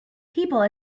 people